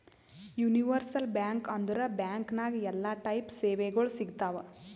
universal bank ಅಂದುರ್ bank ನಾಗ್ ಎಲ್ಲಾ ಟೈಪ್ ಸೇವೆಗೊಳ್ ಸಿಗ್ತಾವ್